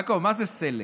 יעקב, מה זה סלק?